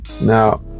Now